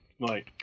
Right